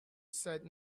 said